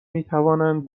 میتوانند